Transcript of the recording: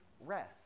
rest